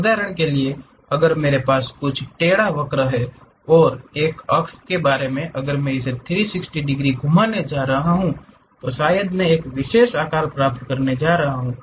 उदाहरण के लिए अगर मेरे पास कुछ टेढ़ा वक्र है और एक अक्ष के बारे में अगर मैं इसे 360 डिग्री से घूमने जा रहा हूं तो शायद मैं एक विशेष आकार प्राप्त करने जा रहा हूं